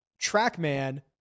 Trackman